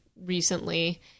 recently